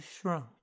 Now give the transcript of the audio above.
shrunk